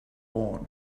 born